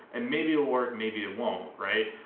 and maybe it'll work, maybe it won't, right.